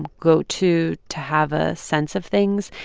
go to to have a sense of things,